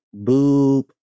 boop